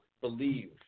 believe